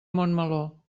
montmeló